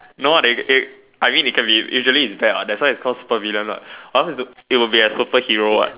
no there there I mean it can be normally is there what it will be a super villain what if not it will be a superhero